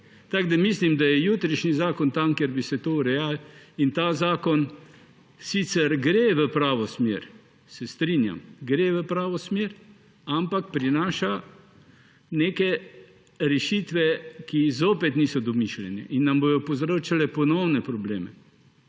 plačil. Mislim, da je jutrišnji zakon, kjer bi se to urejalo. In ta zakon sicer gre v pravo smer, se strinjam, gre v pravo smer, ampak prinaša neke rešitve, ki zopet niso domišljene in nam bodo povzročale ponovne probleme.